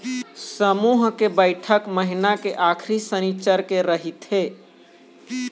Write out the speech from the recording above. समूह के बइठक महिना के आखरी सनिच्चर के रहिथे